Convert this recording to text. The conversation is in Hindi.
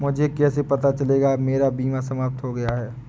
मुझे कैसे पता चलेगा कि मेरा बीमा समाप्त हो गया है?